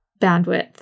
bandwidth